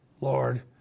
Lord